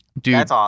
Dude